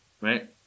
right